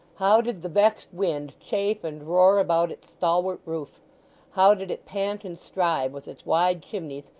how did the vexed wind chafe and roar about its stalwart roof how did it pant and strive with its wide chimneys,